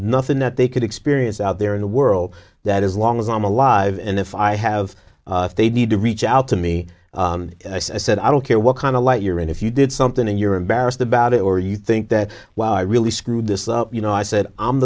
nothing that they could experience out there in the world that as long as i'm alive and if i have they need to reach out to me i said i don't care what kind of light you're in if you did something and you're embarrassed about it or you think that wow i really screwed this up you know i said i'm